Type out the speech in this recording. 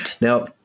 Now